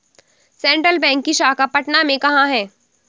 Central bank की शाखा पटना में कहाँ है?